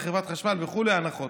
בחברת חשמל וכו' הנחות?